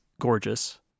gorgeous